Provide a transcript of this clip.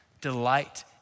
delight